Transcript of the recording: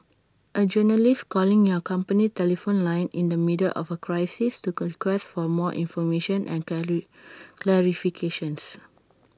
A journalist calling your company telephone line in the middle of A crisis to request for more information and clarifications